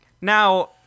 now